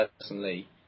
personally